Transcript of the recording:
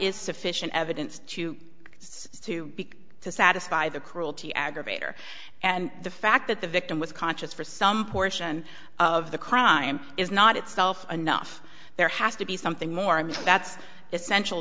is sufficient evidence to sue to satisfy the cruelty aggravator and the fact that the victim was conscious for some portion of the crime is not itself enough there has to be something more and that's essential